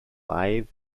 five